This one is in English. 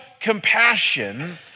compassion